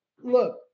look